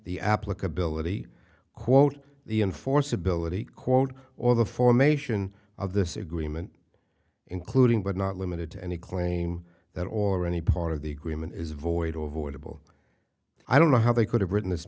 the applicability quote the enforceability quote or the formation of this agreement including but not limited to any claim that all or any part of the agreement is void or avoidable i don't know how they could have written this